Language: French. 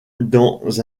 dans